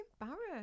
embarrassed